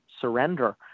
surrender